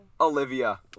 Olivia